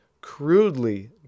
crudely